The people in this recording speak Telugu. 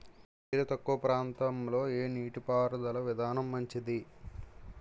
నీరు తక్కువ ప్రాంతంలో ఏ నీటిపారుదల విధానం మంచిది?